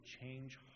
change